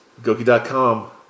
Goki.com